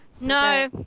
no